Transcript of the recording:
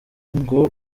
ngo